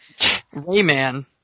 Rayman